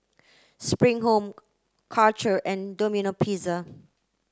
Spring Home Karcher and Domino Pizza